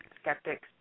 skeptics